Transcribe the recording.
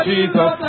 Jesus